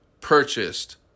purchased